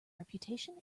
reputation